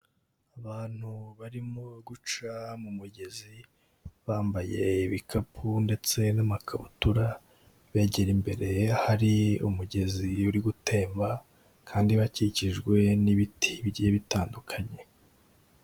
Abantu barimo guca mu mugezi bambaye ibikapu ndetse n'amakabutura, begera imbere hari umugezi uri gutemba kandi bakikijwe n'ibiti bigiye bitandukanye.